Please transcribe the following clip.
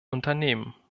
unternehmen